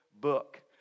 book